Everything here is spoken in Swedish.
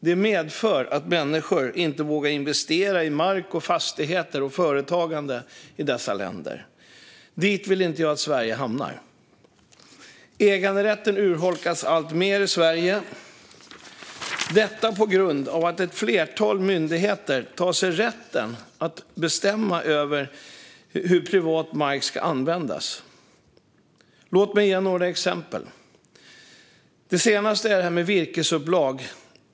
Detta medför att människor inte vågar investera i mark, fastigheter och företagande i dessa länder. Där vill jag inte att Sverige ska hamna. Äganderätten urholkas alltmer i Sverige på grund av att ett flertal myndigheter tar sig rätten att bestämma över hur privat mark ska användas. Låt mig ge några exempel. Det senaste är virkesupplag.